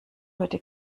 heute